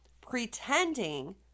pretending